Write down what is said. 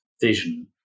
vision